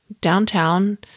downtown